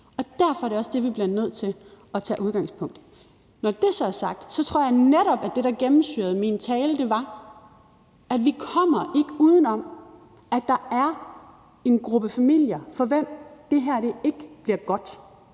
Og derfor er det også det, vi bliver nødt til at tage udgangspunkt i. Når det så er sagt, vil jeg som det andet sige, at det, der gennemsyrede min tale, var, at vi ikke kommer uden om, at der er en gruppe familier, for hvem det her ikke bliver godt.